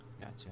Gotcha